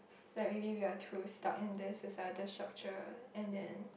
that maybe we are too stuck in this societal structure and then